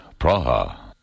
Praha